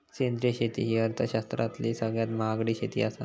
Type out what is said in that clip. सेंद्रिय शेती ही अर्थशास्त्रातली सगळ्यात महागडी शेती आसा